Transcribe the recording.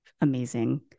amazing